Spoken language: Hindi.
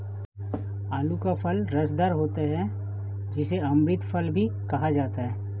आलू का फल रसदार होता है जिसे अमृत फल भी कहा जाता है